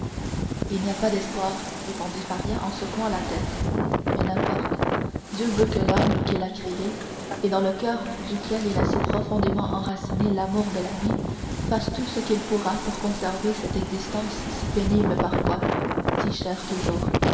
il n'y a pas d'espoir répondit faria en secouant la tête mais n'importe dieu veut que l'homme qu'il a créé et dans le coeur duquel il a si profondément enraciné l'amour de la vie fasse tout ce qu'il pourra pour conserver cette existence si pénible parfois si chère toujours